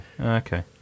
Okay